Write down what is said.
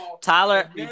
Tyler